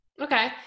Okay